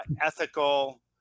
ethical